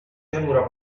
pianura